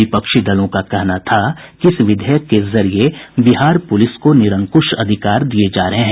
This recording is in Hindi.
विपक्षी दलों का कहना था कि इस विधेयक के जरिये बिहार पुलिस को निरंकुश अधिकार दिये जा रहे है